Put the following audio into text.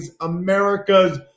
America's